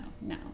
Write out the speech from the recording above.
no